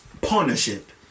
Partnership